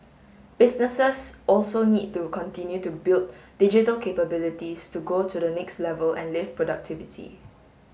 businesses also need to continue to build digital capabilities to go to the next level and lift productivity